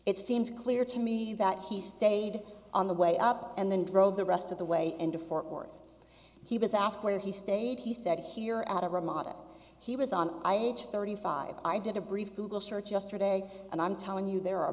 it seems clear to me that he stayed on the way up and then drove the rest of the way into fort worth he was asked where he stayed he said here at a ramada he was on i age thirty five i did a brief google search yesterday and i'm telling you there are a